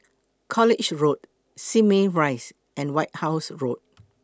College Road Simei Rise and White House Road